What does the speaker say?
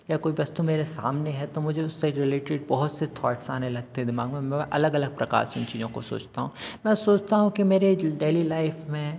या कोई वस्तु मेरे सामने है तो मुझे उससे रिलेटिव बहुत से थोट्स आने लगते हैं दिमाग में मैं अलग अलग प्रकार से उन चीज़ों को सोचता हूँ मैं सोचता हूँ कि मेरे डेली लाइफ में